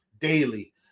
daily